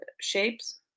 shapes